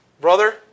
Brother